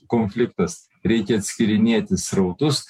konfliktas reikia atskyrinėti srautus